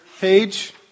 page